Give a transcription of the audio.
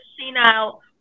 senile